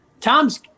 Tom's